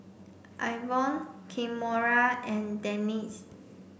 Ivonne Kimora and Denese